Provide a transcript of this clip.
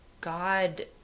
God